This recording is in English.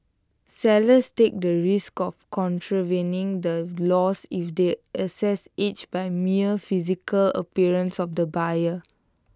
sellers take the risk of contravening the laws if they assess age by mere physical appearance of the buyer